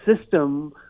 system